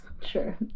Sure